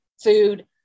food